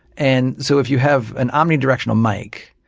and so if you have an omni directional mike,